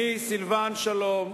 אני, סילבן שלום,